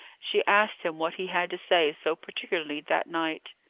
she asked him what he had to say so particularly that night.